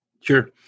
Sure